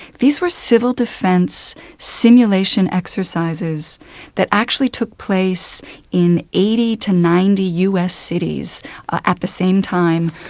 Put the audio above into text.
these were civil defence simulation exercises that actually took place in eighty to ninety us cities at the same time,